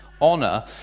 Honor